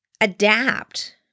adapt